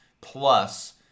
plus